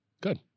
Good